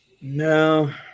No